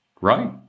Right